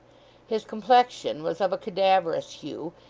his complexion was of a cadaverous hue,